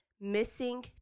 missing